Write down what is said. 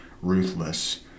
ruthless